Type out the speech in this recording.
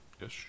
Yes